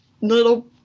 little